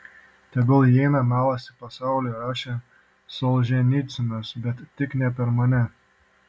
tegul įeina melas į pasaulį rašė solženicynas bet tik ne per mane